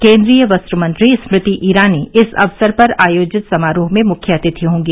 केन्द्रीय वस्त्र मंत्री स्मृति ईरानी इस अवसर पर आयोजित समारोह में मुख्य अतिथि होंगी